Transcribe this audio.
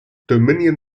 dominion